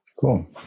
Cool